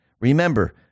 Remember